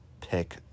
pick